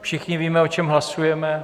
Všichni víme, o čem hlasujeme.